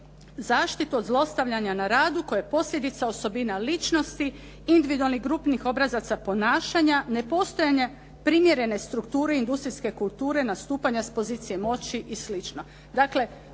zaštitu od zlostavljanja na radu koja je posljedica osobina ličnosti, …/Govornik se ne razumije./… grupnih obrazaca ponašanja, ne postajanja primjerene strukture industrijske kulture nastupanja sa pozicije moći i